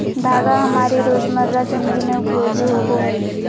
धागा हमारी रोजमर्रा जिंदगी में उपयोगी होबो हइ